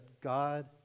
God